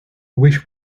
wish